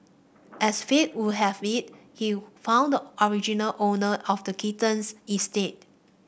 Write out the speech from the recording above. as fate would have it he found the original owner of the kittens instead